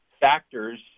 factors